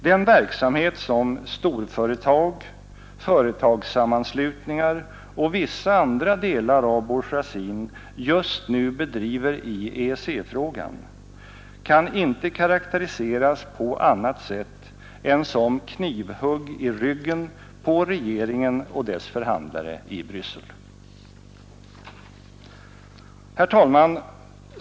Den verksamhet som storföretag, företagssammanslutningar och vissa andra delar av bourgeoisien just nu bedriver i EEC-frågan kan inte karakteriseras på annat sätt än som knivhugg i ryggen på regeringen och dess förhandlare i Bryssel. Herr talman!